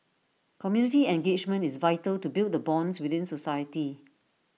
community engagement is vital to build the bonds within society